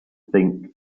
think